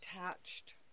attached